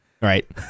Right